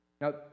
Now